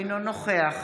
אינו נוכח